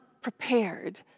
prepared